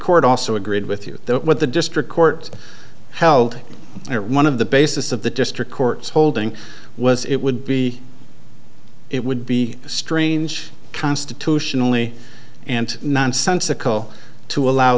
court also agreed with you that what the district court held or one of the basis of the district court's holding was it would be it would be strange constitutionally and nonsensical to allow